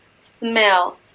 smell